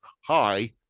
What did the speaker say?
hi